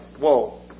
Whoa